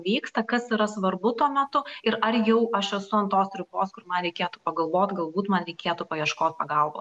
vyksta kas yra svarbu tuo metu ir ar jau aš esu ant tos ribos kur man reikėtų pagalvot galbūt man reikėtų paieškot pagalbos